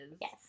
Yes